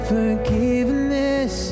Forgiveness